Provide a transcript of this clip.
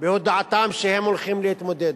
בהודעתם שהם הולכים להתמודד,